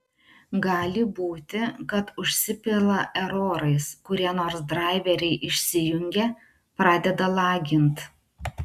gali būti kad užsipila erorais kurie nors draiveriai išsijungia pradeda lagint